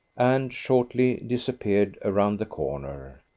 and shortly disappeared around the corner.